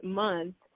month